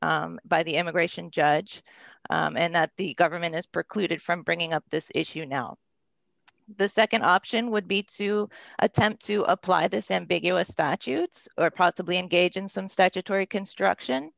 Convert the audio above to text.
decided by the immigration judge and that the government is precluded from bringing up this issue now the nd option would be to attempt to apply this ambiguous statutes or possibly engage in some statutory construction